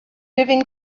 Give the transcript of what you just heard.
living